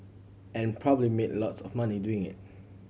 and probably made lots of money doing it